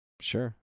Sure